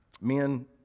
Men